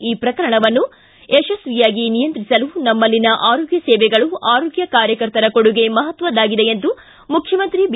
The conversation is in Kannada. ಈ ಪ್ರಕರಣಗಳನ್ನು ಯಶಸ್ವಿಯಾಗಿ ನಿಯಂತ್ರಿಸಲು ನಮ್ಮಲ್ಲಿನ ಆರೋಗ್ಯ ಸೇವೆಗಳು ಆರೋಗ್ಯ ಕಾರ್ಯಕರ್ತರ ಕೊಡುಗೆ ಮಪತ್ವದ್ದಾಗಿದೆ ಎಂದು ಮುಖ್ಯಮಂತ್ರಿ ಬಿ